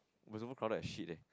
somemore crowd like shit leh